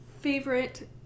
favorite